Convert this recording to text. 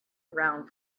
around